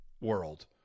world